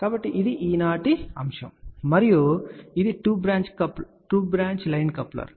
కాబట్టి ఇది ఈనాటి అంశం మరియు ఇది టు బ్రాంచ్ లైన్ కప్లర్